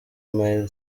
miley